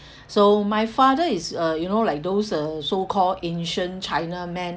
so my father is uh you know like those uh so-called ancient china man